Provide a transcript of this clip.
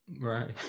Right